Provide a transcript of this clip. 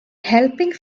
helping